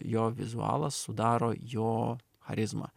jo vizualas sudaro jo charizmą